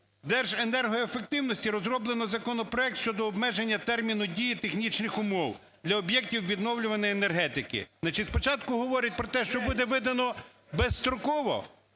проблемиДерженергоефективності розроблено законопроект щодо обмеження терміну дії технічних умов для об'єктів відновлювальної енергетики. Значить, спочатку говорить про те, що буде видано безстроково,